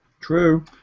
True